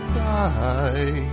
die